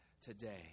today